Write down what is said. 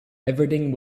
everything